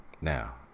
now